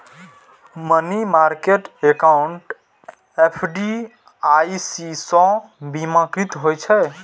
money market account FDIC सं बीमाकृत होइ छै